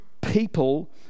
people